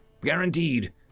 Guaranteed